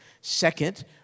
Second